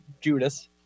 Judas